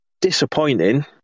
disappointing